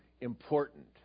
important